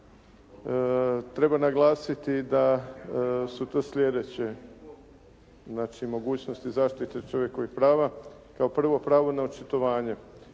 treba naglasiti da su to sljedeće, znači mogućnosti zaštite čovjekovih prava. Kao prvo pravo na očitovanje.